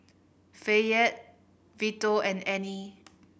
Fayette Vito and Annie